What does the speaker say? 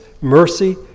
mercy